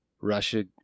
Russia